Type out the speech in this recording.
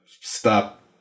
stop